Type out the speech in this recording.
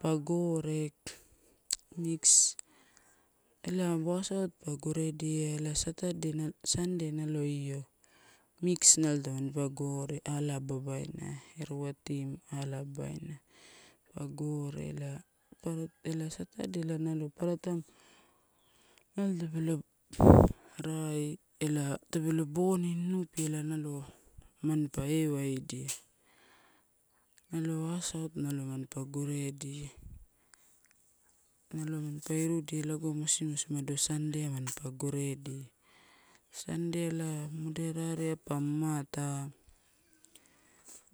Pa gore mix, ela wasout pa goredia ela satade, nalo, sande naio mix nalo tamanipa gore ala, babaina, erua team ala, babaina. Pa gore ela satade nalo papara taini, nalo tapelo rai ela tapelo boni nunupi ela nalo manpa ewaidia nalo wasout nalo manpa goreidia, nalo manpa irudia mosimosi umado sandeai manpa goreidia. Sandea ela moderate ai manpa mamata,